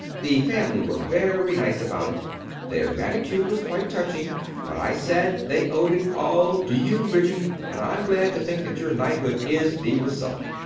the family were very nice about it their gratitude was quite touching but i said they owed it all to you, ridgeon and i am glad to think that your knighthood is the result.